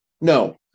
No